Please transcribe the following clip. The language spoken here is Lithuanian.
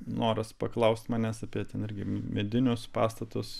noras paklausti manęs apie ten irgi medinius pastatus